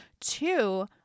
Two